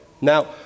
Now